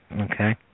Okay